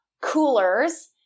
coolers